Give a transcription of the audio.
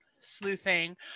sleuthing